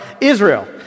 Israel